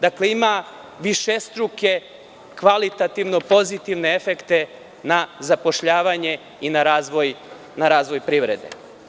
Dakle, ima višestruke kvalitativno pozitivne efekte na zapošljavanje i na razvoj privrede.